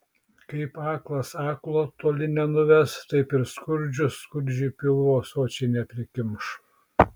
kaip aklas aklo toli nenuves taip ir skurdžius skurdžiui pilvo sočiai neprikimš